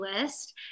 list